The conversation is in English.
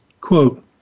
Quote